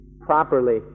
properly